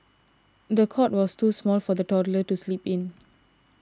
the cot was too small for the toddler to sleep in